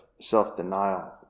self-denial